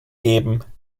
geben